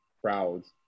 crowds